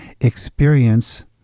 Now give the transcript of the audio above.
experience